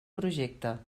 projecte